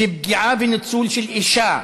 שפגיעה וניצול של אישה,